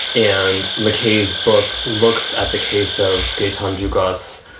and mackays book looks at the case of gaitonde. you, goss,